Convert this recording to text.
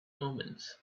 omens